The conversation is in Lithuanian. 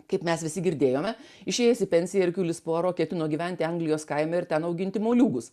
kaip mes visi girdėjome išėjęs į pensiją erkiulis puaro ketino gyventi anglijos kaime ir ten auginti moliūgus